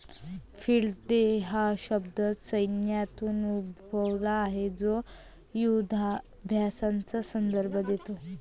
field day हा शब्द सैन्यातून उद्भवला आहे तो युधाभ्यासाचा संदर्भ देतो